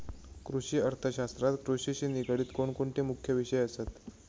कृषि अर्थशास्त्रात कृषिशी निगडीत कोणकोणते मुख्य विषय असत?